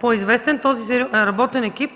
по-известен този работен екип,